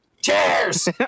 Cheers